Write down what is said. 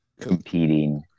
competing